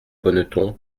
bonneton